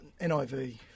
NIV